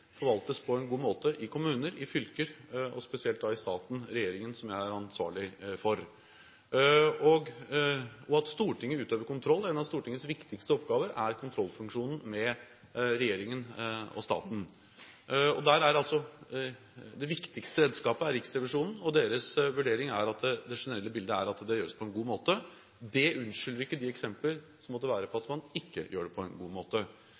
forvaltes på en god måte i kommuner, i fylker, og spesielt da i staten, regjeringen, som jeg er ansvarlig for, og at Stortinget utøver kontroll. En av Stortingets viktigste oppgaver er kontrollfunksjonen med regjeringen og staten. Det viktigste redskapet er Riksrevisjonen, og deres vurdering er at det generelle bildet er at det gjøres på en god måte. Det unnskylder ikke de eksempler som måtte være på at man ikke gjør det på en god måte.